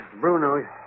Bruno